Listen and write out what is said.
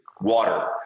water